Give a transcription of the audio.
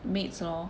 maids lor